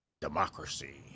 democracy